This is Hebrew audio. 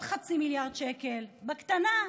עוד חצי מיליארד שקל, בקטנה,